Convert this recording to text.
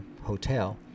hotel